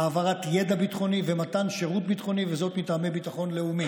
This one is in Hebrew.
אמרתם התנועה הרפורמית.